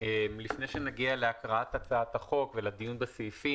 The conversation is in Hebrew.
לפני שנגיע להקראת הצעת החוק ולדיון בסעיפים,